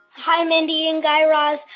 hi, mindy and guy raz.